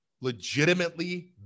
legitimately